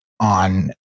on